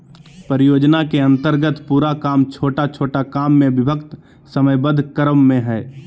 परियोजना के अन्तर्गत पूरा काम छोटा छोटा काम में विभक्त समयबद्ध क्रम में हइ